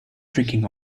drinking